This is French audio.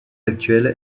actuelle